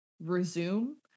resume